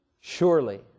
Surely